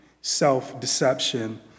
Self-deception